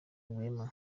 rwema